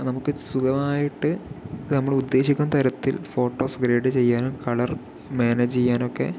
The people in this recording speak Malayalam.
നമുക്ക് സുഖമായിട്ട് ഇത് നമ്മൾ ഉദ്ദേശിക്കുന്ന തരത്തിൽ ഫോട്ടോസ് ഗ്രേഡ് ചെയ്യാനും കളർ മാനേജ് ചെയ്യാനൊക്കെ